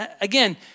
Again